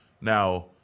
Now